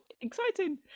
exciting